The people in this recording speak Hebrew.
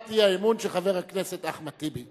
על הצעת האי-אמון של חבר הכנסת אחמד טיבי.